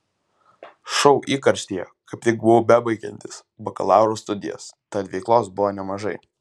šou įkarštyje kaip tik buvau bebaigiantis bakalauro studijas tad veiklos buvo nemažai